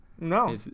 No